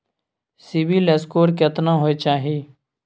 CIBIL score केतना होय चाही?